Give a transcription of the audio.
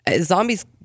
Zombies